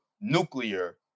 nuclear